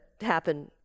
happen